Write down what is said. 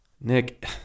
Nick